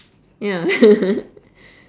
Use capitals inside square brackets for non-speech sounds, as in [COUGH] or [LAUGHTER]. ya [LAUGHS]